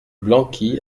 blanqui